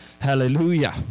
Hallelujah